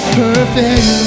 perfect